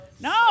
No